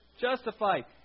Justified